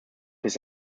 his